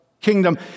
kingdom